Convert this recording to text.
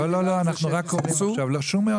לא, אנחנו רק קוראים עכשיו.